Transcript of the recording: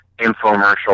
infomercial